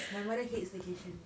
my mother hates staycation